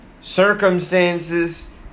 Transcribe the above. circumstances